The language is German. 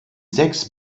sechs